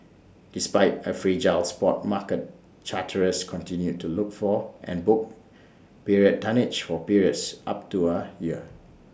despite A fragile spot market charterers continued to look for and book period tonnage for periods up to A year